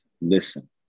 listen